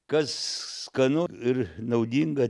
kas skanu ir naudinga